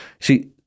See